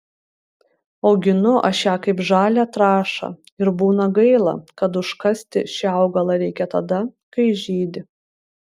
auginu aš ją kaip žalią trąšą ir būna gaila kad užkasti šį augalą reikia tada kai žydi